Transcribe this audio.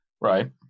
Right